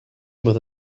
with